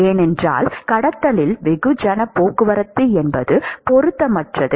ஏனென்றால் கடத்தலில் வெகுஜனப் போக்குவரத்து என்பது பொருத்தமற்றது